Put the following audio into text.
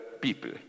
people